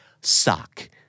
sock